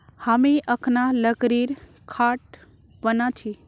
हामी अखना लकड़ीर खाट बना छि